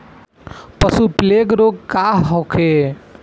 पशु प्लग रोग का होखे?